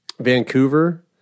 Vancouver